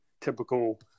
typical